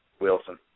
Wilson